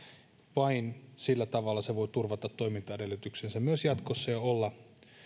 vain sillä tavalla se voi turvata toimintaedellytyksensä myös jatkossa ja olla